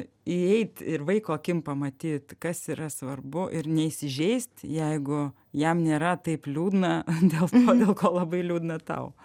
įeit ir vaiko akim pamatyt kas yra svarbu ir neįsižeist jeigu jam nėra taip liūdna dėl to dėl ko labai liūdna tau